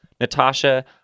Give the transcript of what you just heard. Natasha